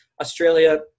Australia